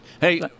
Hey